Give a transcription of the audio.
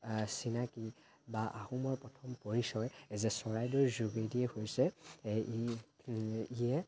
চিনাকী বা আহোমৰ প্ৰথম পৰিচয় যে চৰাইদেউৰ যোগেদিয়ে হৈছে এই ই যিয়ে